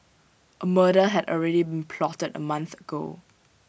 A murder had already been plotted A month ago